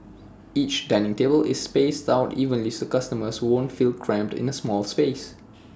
each dining table is spaced out evenly so customers won't feel cramped in A small space